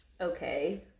okay